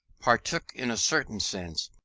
partook, in a certain sense,